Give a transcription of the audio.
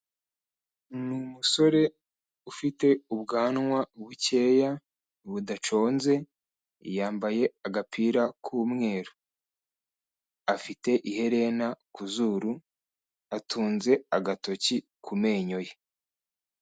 Ni umusore ufite ubwanwa bukeya budaconze yambaye agapira k'umweru afite iherena ku zuru atunze agatoki ku menyo ye.